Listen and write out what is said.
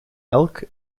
elk